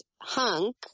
Hunk